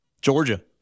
Georgia